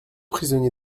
prisonnier